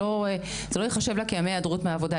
זה לא ייחשב לה כימי היעדרות מהעבודה.